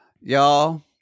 Y'all